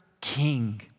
king